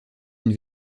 une